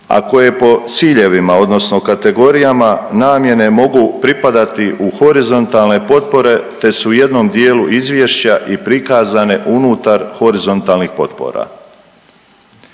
koje po ciljevima odnosno kategorijama namjene mogu pripadati u horizontalne potpore te su u jednom dijelu izvješća i prikazane unutar horizontalnih potpora.